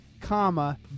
comma